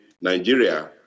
Nigeria